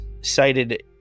cited